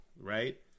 right